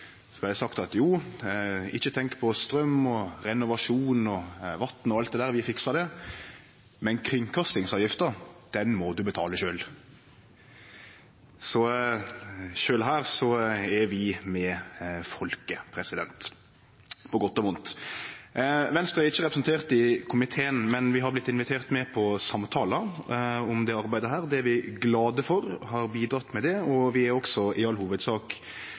Så her er vi med folket – på godt og vondt. Venstre er ikkje representert i komiteen, men vi er vortne inviterte med på samtalar om dette arbeidet. Det er vi glade for, det har vi bidrege med, og vi er i all hovudsak